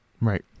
Right